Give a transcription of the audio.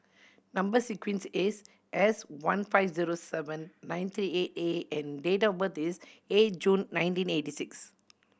number sequence is S one five zero seven nine three eight A and date of birth is eight June nineteen eighty six